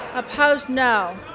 opposed, no